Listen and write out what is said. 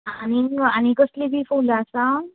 आनीक आनी कसलीं बी फुलां आसा